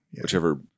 whichever